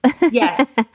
Yes